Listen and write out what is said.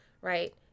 right